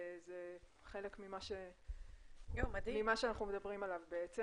זה חלק ממה שאנחנו מדברים עליו בעצם.